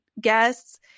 guests